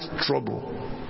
trouble